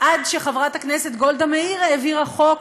עד שחברת הכנסת גולדה מאיר העבירה חוק,